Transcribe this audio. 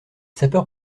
sapeurs